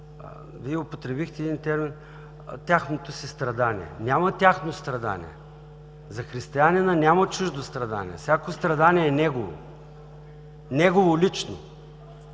Вие употребихте един термин „тяхното си страдание“. Няма тяхно страдание! За християнина няма чуждо страдание! Всяко страдание е негово, негово лично!